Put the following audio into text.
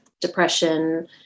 depression